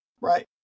right